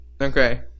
Okay